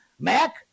mac